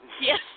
Yes